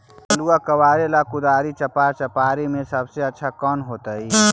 आलुआ कबारेला कुदारी, चपरा, चपारी में से सबसे अच्छा कौन होतई?